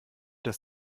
dass